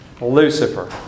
Lucifer